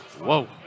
Whoa